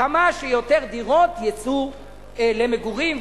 כמה שיותר דירות יצאו למגורים.